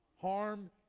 Harm